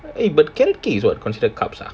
eh but carrot cake is what considered carbs ah